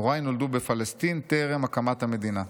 הוריי נולדו בפלסטין טרם הקמת המדינה.